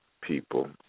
people